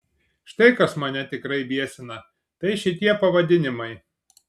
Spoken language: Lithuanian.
štai kas mane tikrai biesina tai šitie pavadinimai